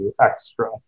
extra